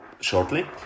shortly